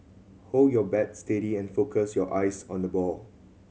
hold your bat steady and focus your eyes on the ball